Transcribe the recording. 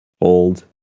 old